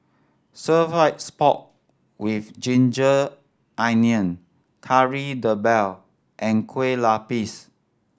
stir fries pork with ginger onion Kari Debal and Kueh Lupis